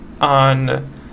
on